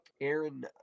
Aaron